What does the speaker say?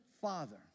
father